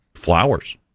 flowers